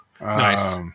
Nice